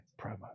promo